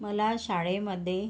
मला शाळेमध्ये